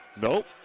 nope